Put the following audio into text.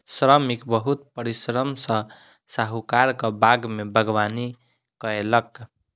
श्रमिक बहुत परिश्रम सॅ साहुकारक बाग में बागवानी कएलक